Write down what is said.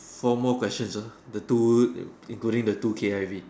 four more questions ah the two the including the two K_I_V